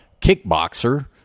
kickboxer